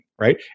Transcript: right